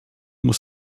muss